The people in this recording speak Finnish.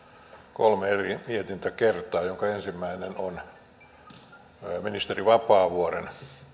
kolme eri mietintäkertaa jonka ensimmäinen on ministeri vapaavuoren